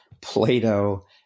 Plato